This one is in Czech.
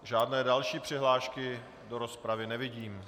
Žádné další přihlášky do rozpravy nevidím.